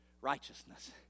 righteousness